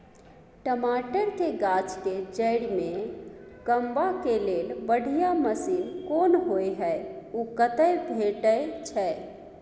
टमाटर के गाछ के जईर में कमबा के लेल बढ़िया मसीन कोन होय है उ कतय भेटय छै?